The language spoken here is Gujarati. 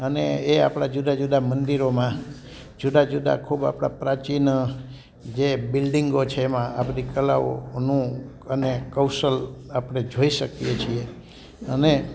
અને એ આપણા જુદા જુદા મંદિરોમાં જુદા જુદા ખૂબ આપણા પ્રાચીન જે બિલ્ડિંગો છે એમાં આ બધી કલાઓનું અને કૌશલ આપણે જોઈ શકીએ છીએ અને